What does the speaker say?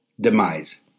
demise